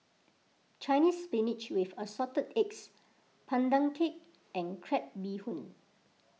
Chinese Spinach with Assorted Eggs Pandan Cake and Crab Bee Hoon